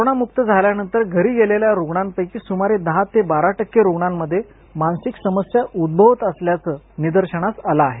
कोरोनामुक्त झाल्यानंतर घरी गेलेल्या रुग्णांपैकी सुमारे दहा ते बारा टक्के रुग्णांमध्ये मानसिक समस्या उद्भवत असल्याचं निदर्शनास आलं आहे